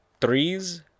threes